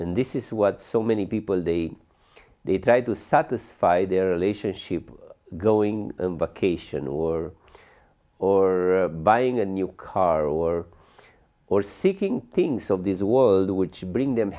and this is what so many people they they tried to satisfy their relationship going or or buying a new car or or seeking things of this world which bring them